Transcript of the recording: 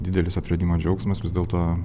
didelis atradimo džiaugsmas vis dėlto